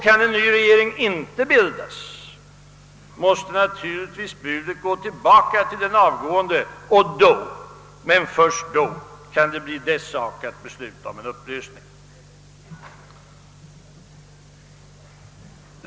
Kan en ny regering inte bildas, måste naturligtvis budet gå tillbaka till den avgående, och då — men först då — kan det bli dess sak att besluta om en upplösning.